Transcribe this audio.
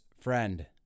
friend